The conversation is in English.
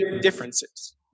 differences